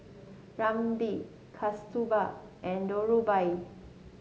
Ramdev Kasturba and Dhirubhai